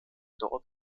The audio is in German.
dort